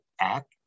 Act